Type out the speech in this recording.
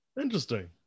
Interesting